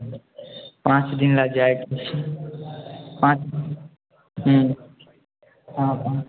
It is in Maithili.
पाँच दिनलए जाइके हइ हँ पाँच दिन